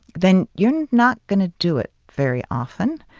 then you're not going to do it very often.